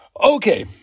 Okay